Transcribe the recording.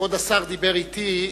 כבוד השר דיבר אתי,